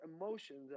emotions